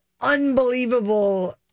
unbelievable